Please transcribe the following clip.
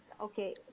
okay